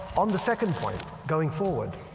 on the second point, going forward,